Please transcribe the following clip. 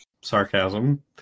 Sarcasm